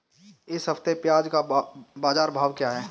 इस हफ्ते प्याज़ का बाज़ार भाव क्या है?